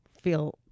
feel